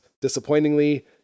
Disappointingly